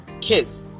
kids